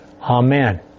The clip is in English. Amen